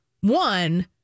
one